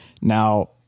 now